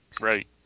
Right